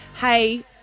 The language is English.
hey